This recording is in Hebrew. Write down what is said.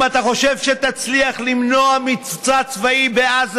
אם אתה חושב שתצליח למנוע מבצע צבאי בעזה